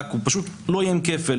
הוא פשוט לא יהיה עם כפל.